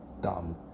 dumb